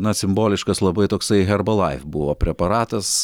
na simboliškas labai toksai herbalaif buvo preparatas